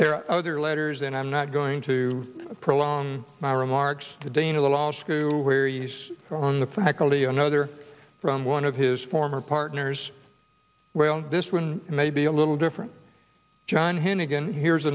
there are other letters and i'm not going to prolong my remarks to dana loesch to wear us on the faculty another from one of his former partners well this one may be a little different john hennigan here's